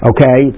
Okay